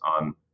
on